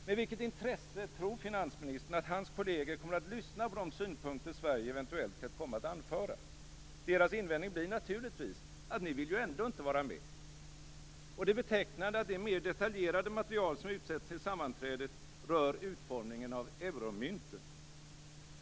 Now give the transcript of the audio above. Med vilket intresse tror finansministern att hans kolleger kommer att lyssna på de synpunkter som Sverige eventuellt kan komma att anföra? Deras invändning blir naturligtvis: Ni vill ju ändå inte vara med. Det är betecknande att det mer detaljerade material som utsänts inför sammanträdet rör utformningen av euromynten.